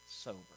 sober